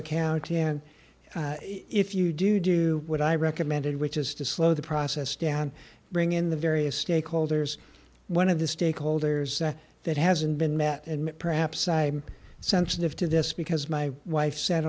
account and if you do do what i recommended which is to slow the process down bring in the various stakeholders one of the stakeholders that that hasn't been met and perhaps i'm sensitive to this because my wife sa